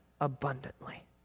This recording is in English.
abundantly